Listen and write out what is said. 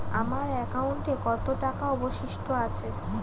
আমার একাউন্টে কত টাকা অবশিষ্ট আছে?